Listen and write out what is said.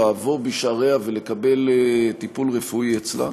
לבוא בשעריה ולקבל טיפול רפואי אצלה.